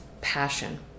passion